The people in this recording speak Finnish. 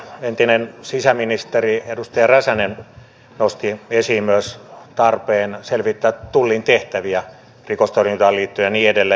entinen sisäministeri edustaja räsänen nosti esiin myös tarpeen selvittää tullin tehtäviä rikostorjuntaan liittyen ja niin edelleen